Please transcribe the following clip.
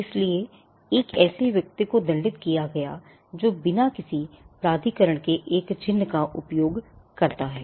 इसलिए एक ऐसे व्यक्ति को दंडित किया गया था जो बिना प्राधिकरण के एक चिह्न का उपयोग करता है